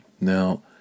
Now